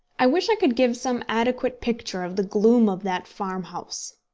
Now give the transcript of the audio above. i wish i could give some adequate picture of the gloom of that farmhouse.